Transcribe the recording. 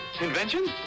invention